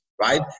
right